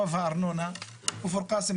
בכפר קאסם,